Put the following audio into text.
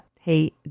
Hey